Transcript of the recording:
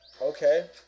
Okay